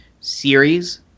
series